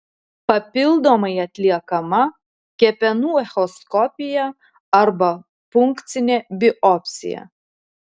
papildomai atliekama kepenų echoskopija arba punkcinė biopsija